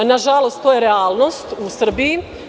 Nažalost, to je realnost u Srbiji.